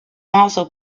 also